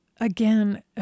again